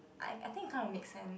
I I think it kind of make sense